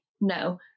no